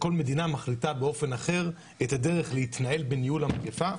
וכל מדינה מחליטה באופן אחר על הדרך להתנהל בניהול המגיפה.